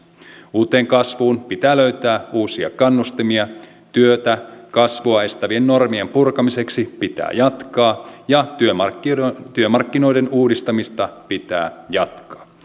uuteen kasvuun pitää löytää uusia kannustimia työtä kasvua estävien normien purkamiseksi pitää jatkaa ja työmarkkinoiden työmarkkinoiden uudistamista pitää jatkaa